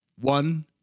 One